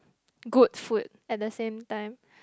good food at the same time